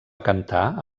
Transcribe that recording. cantar